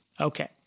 Okay